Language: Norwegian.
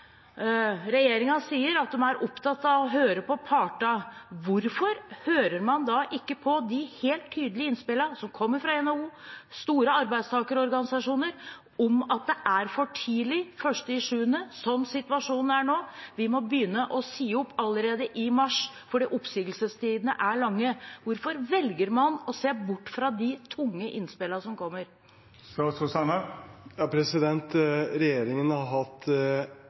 sier at de er opptatt av å høre på partene. Hvorfor hører man da ikke på de helt tydelige innspillene som kommer fra NHO og store arbeidstakerorganisasjoner om at det er for tidlig 1. juli sånn som situasjonen er nå, og at de må begynne å si opp allerede i mars, for oppsigelsestidene er lange? Hvorfor velger man å se bort fra de tunge innspillene som kommer?